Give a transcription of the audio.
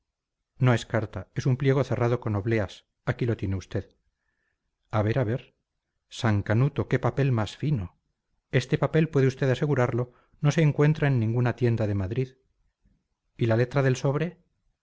no es carta es un pliego cerrado con obleas aquí lo tiene usted a ver a ver san canuto qué papel más fino este papel puede usted asegurarlo no se encuentra en ninguna tienda de madrid y la letra del sobre